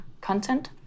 content